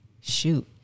shoot